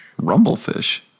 Rumblefish